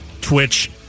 Twitch